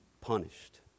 punished